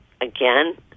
again